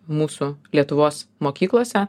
mūsų lietuvos mokyklose